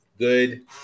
good